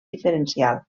diferencial